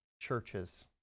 churches